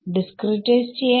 discretise ചെയ്യണം